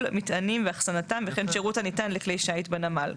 מטענים ואחסנתם וכן שירות הניתן לכלי שיט בנמל".